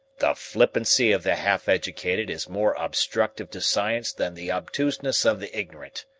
the flippancy of the half-educated is more obstructive to science than the obtuseness of the ignorant,